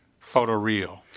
photoreal